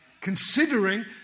Considering